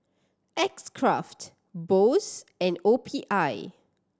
X Craft Bose and O P I